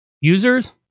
users